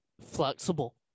Flexible